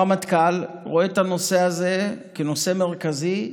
הרמטכ"ל רואה בזה נושא מרכזי,